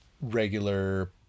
regular